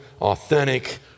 authentic